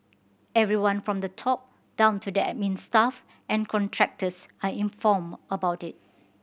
everyone from the top down to the admin staff and contractors are informed about it